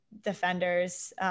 defenders